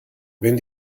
wenn